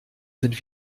sind